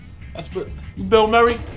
that's. but you bill murray?